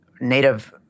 Native